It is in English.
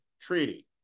Treaty